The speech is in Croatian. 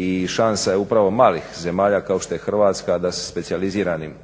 i šansa je upravo malih zemalja kao što je Hrvatska da se specijaliziranim